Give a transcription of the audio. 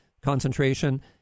concentration